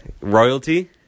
royalty